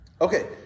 okay